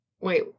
Wait